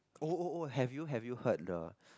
oh oh oh have you have you heard the